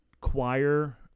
choir